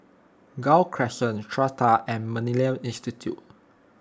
Gul Crescent Strata and Millennia Institute